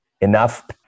enough